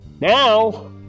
now